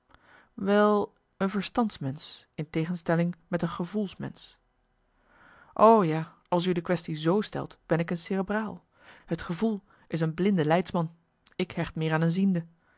wel een verstandsmensch in tegenstelling met een gevoelsmensch o ja als u de quaestie z stelt ben ik een cerebraal het gevoel is een blinde leidsman ik hecht meer aan een ziende